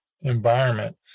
environment